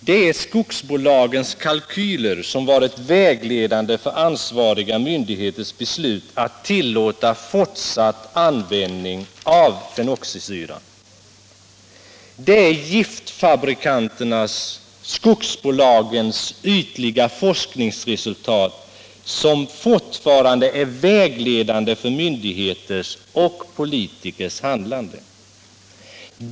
Det är skogsbolagens kalkyler som varit vägledande för ansvariga myndigheters beslut att tillåta fortsatt användning av fenoxisyran. Det är giftfabrikanternas eller skogsbolagens ytliga forskningsresultat som fortfarande är vägledande för myndigheters och politikers handlande.